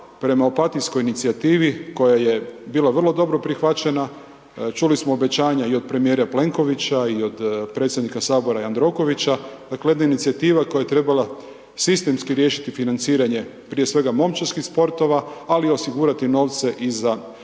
prema Opatijskoj inicijativi koja je bila vrlo dobro prihvaćena, čuli smo obećanje i od premijera Plenkovića i predsjednika Sabora Jandrokovića, dakle jedna inicijativa koja je trebala sistemski riješiti financiranje, prije svega momčadskih sportova, ali osigurati novce i za ostale